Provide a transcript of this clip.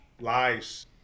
lies